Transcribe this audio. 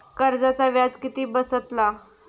कर्जाचा व्याज किती बसतला?